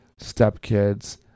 stepkids